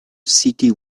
city